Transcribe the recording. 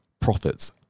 Profits